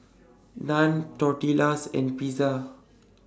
Naan Tortillas and Pizza